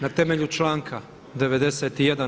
Na temelju članka 91.